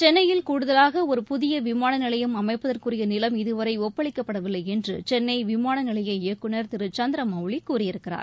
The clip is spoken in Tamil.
சென்னையில் கூடுதலாக ஒரு புதிய விமான நிலையம் அமைப்பதற்குரிய நிலம் இதுவரை ஒப்பளிக்கப்படவில்லை என்று சென்னை விமான நிலைய இயக்குனர் திரு சந்திர மொளலி கூறியிருக்கிறார்